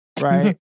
Right